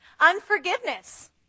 unforgiveness